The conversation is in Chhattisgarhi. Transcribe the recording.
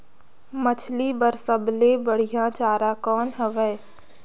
मछरी बर सबले बढ़िया चारा कौन हवय?